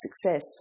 success